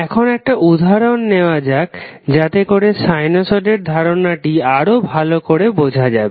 এখন একটা উদাহরণ নেওয়া যাক যাতে করে সাইনুসডের ধারণাটি আরও ভাল করে বোঝা যায়